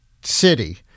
city